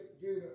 Judah